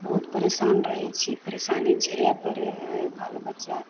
बहुत परेशान रहै छी परेशानी झेलऽ पड़ै हइ बाल बच्चा